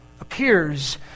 appears